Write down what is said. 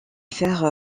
faire